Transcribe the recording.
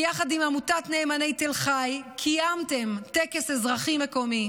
ביחד עם עמותת נאמני תל חי קיימתם טקס אזרחי מקומי,